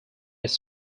its